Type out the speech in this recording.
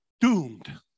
doomed